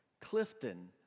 Clifton